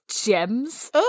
gems